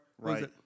right